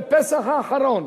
בפסח האחרון,